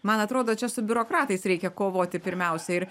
man atrodo čia su biurokratais reikia kovoti pirmiausia ir